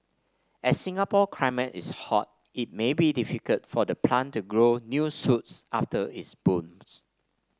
as Singapore climate is hot it may be difficult for the plant to grow new shoots after it blooms